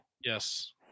Yes